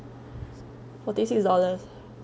forty six dollars